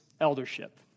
eldership